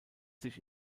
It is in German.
sich